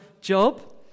job